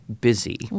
busy